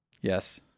Yes